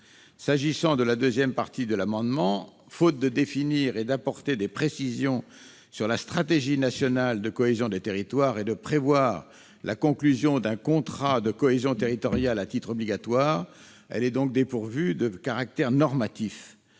». Quant à la deuxième partie de l'amendement, faute de définir et d'apporter des précisions sur la stratégie nationale de cohésion des territoires et de prévoir la conclusion d'un contrat de cohésion territoriale à titre obligatoire, elle est dépourvue de caractère normatif.